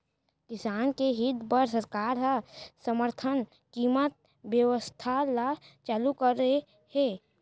किसान के हित बर सरकार ह समरथन कीमत बेवस्था ल चालू करे हे